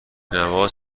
نواز